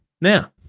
Now